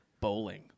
bowling